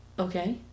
okay